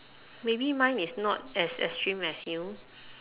maybe mine is not as extreme as you